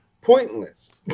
pointless